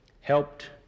helped